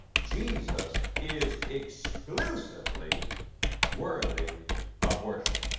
jesus is exclusively worthy of worship.